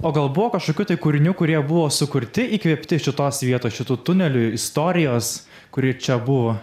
pagal buvo kažkokių tai kūrinių kurie buvo sukurti įkvėpti šitos vietos šitų tunelių istorijos kuri čia buvo